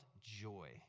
joy